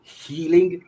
healing